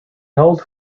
held